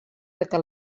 que